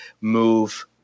move